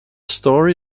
story